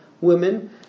women